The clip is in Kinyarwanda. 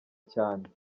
cyane